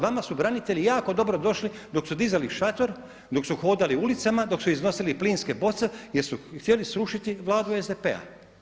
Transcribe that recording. Vama su branitelji jako dobro došli dok su dizali šator, dok su hodali ulicama, dok su iznosili plinske boce jer su htjeli srušiti Vladu SDP-a.